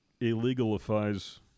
illegalifies